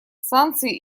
санкции